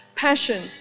Passion